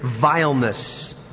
vileness